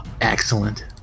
Excellent